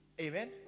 Amen